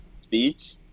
speech